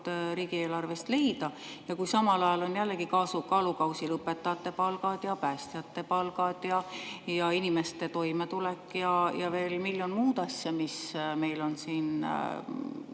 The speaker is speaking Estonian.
riigieelarvest leida ja kui samal ajal on jällegi kaalukausil õpetajate palgad, päästjate palgad, inimeste toimetulek ja veel miljon muud asja, mida meie inimestel